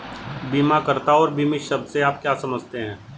बीमाकर्ता और बीमित शब्द से आप क्या समझते हैं?